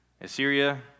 Assyria